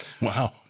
Wow